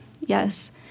Yes